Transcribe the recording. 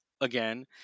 again